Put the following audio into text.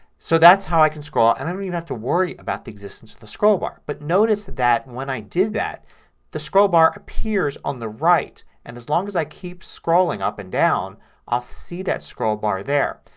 so that's how i can scroll. and i don't even have to worry about the existence of the scroll bar. but notice that when i did that the scroll bar appears on the right and as long as i keep scrolling up and down i'll see that scroll bar there.